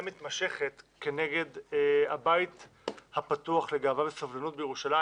מתמשכת כנגד הבית הפתוח לגאווה וסובלנות בירושלים,